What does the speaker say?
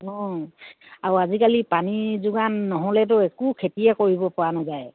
অঁ আৰু আজিকালি পানী যোগান নহ'লেতো একো খেতিয়ে কৰিব পৰা নাযায়